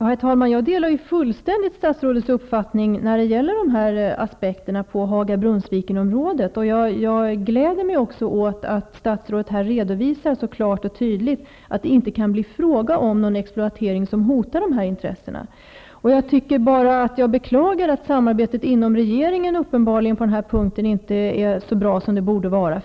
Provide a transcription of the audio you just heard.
Herr talman! Jag delar fullständigt statsrådets uppfattning när det gäller dessa aspekter på Ha ga--Brunnsviken-området, och jag gläder mig också åt att statsrådet så klart och tydligt här redo visar att det inte kan bli fråga om någon exploate ring som hotar dessa intressen. Jag beklagar bara att samarbetet inom regeringen på den här punk ten uppenbarligen inte är så bra som det borde vara.